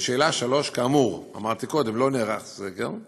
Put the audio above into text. לשאלה 3: כאמור, אמרתי קודם, לא נערך סקר.